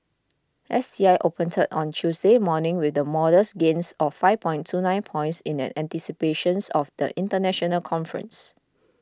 S T I opened on Tuesday morning with the modest gains of five points two nine points in anticipations of the international conference